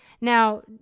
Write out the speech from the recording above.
Now